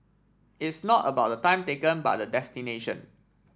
it's not about the time taken but the destination